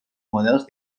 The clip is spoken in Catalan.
models